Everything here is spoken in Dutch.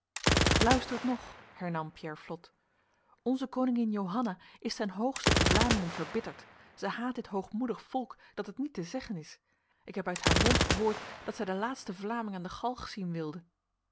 luistert nog hernam pierre flotte onze koningin johanna is ten hoogste op de vlamingen verbitterd zij haat dit hoogmoedig volk dat het niet te zeggen is ik heb uit haar mond gehoord dat zij de laatste vlaming aan de galg zien wilde